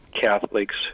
Catholics